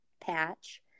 patch